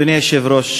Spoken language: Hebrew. אדוני היושב-ראש,